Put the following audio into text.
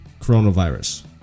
coronavirus